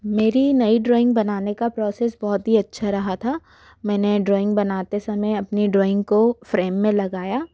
मेरी नई ड्रॉइंग बनाने का प्रोसेस बहुत ही अच्छा रहा था मैंने ड्रॉइंग बनाते समय अपनी ड्रॉइंग को फ्रेम में लगाया